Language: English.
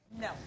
No